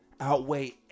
Outweigh